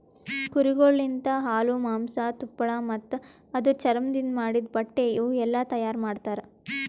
ಕುರಿಗೊಳ್ ಲಿಂತ ಹಾಲು, ಮಾಂಸ, ತುಪ್ಪಳ ಮತ್ತ ಅದುರ್ ಚರ್ಮದಿಂದ್ ಮಾಡಿದ್ದ ಬಟ್ಟೆ ಇವುಯೆಲ್ಲ ತೈಯಾರ್ ಮಾಡ್ತರ